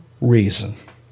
reason